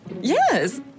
yes